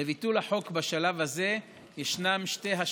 לביטול החוק בשלב הזה ישנן שתי השלכות.